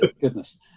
goodness